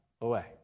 away